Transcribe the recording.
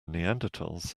neanderthals